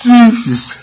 Jesus